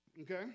Okay